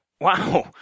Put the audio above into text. Wow